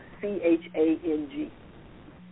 C-H-A-N-G